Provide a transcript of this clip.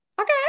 okay